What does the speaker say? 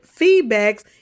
feedbacks